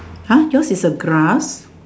!huh! yours is a grass